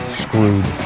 screwed